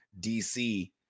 DC